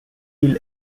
île